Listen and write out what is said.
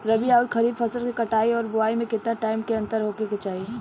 रबी आउर खरीफ फसल के कटाई और बोआई मे केतना टाइम के अंतर होखे के चाही?